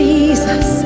Jesus